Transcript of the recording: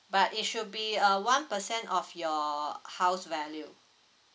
but it should be uh one percent of your house value